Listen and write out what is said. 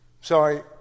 sorry